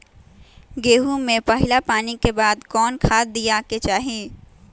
गेंहू में पहिला पानी के बाद कौन खाद दिया के चाही?